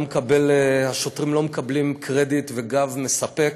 השוטרים לא מקבלים קרדיט וגב מספק,